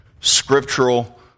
scriptural